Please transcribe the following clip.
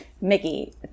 Mickey